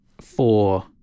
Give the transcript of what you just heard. four